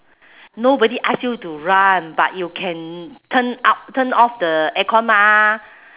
nobody ask you to run but you can turn up turn off the aircon mah